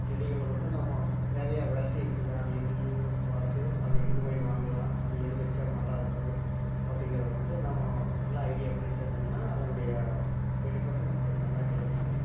செடிகளை வந்து நம்ம நிறைய வெரைட்டி இருக்குது அது என்னன்னங்கறத பார்த்து அது எங்கே போய் வாங்கலாம் அது எது வெச்சா நல்லாயிருக்கும் அப்டிங்கிறத வந்து நாம் நல்லா ஐடியா பண்ணி செஞ்சோம்னா அதனுடைய பெனிஃபிட்டு நம்மளுக்கு நல்லா கிடைக்குங்க